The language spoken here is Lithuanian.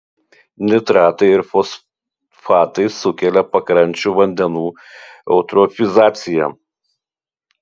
nitratai ir fosfatai sukelia pakrančių vandenų eutrofizaciją